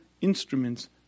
instruments